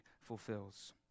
fulfills